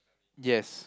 yes